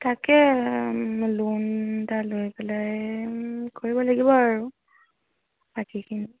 তাকে লোণ এটা লৈ পেলাই কৰিব লাগিব আৰু বাকীখিনি